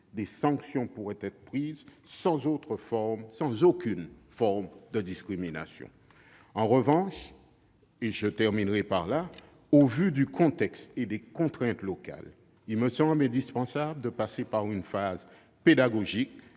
des sanctions pourront être prises, sans aucune forme de discrimination. En revanche, au vu du contexte et des contraintes locales, il me semble indispensable de passer par une phase pédagogique